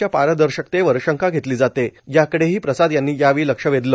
च्या पारदर्शकतेवर शंका घेतली जाते याकडेही प्रसाद यांनी लक्ष वेधलं